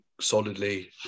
solidly